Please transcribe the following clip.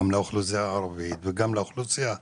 גם לאוכלוסייה הערבית וגם לאוכלוסייה הדרוזית,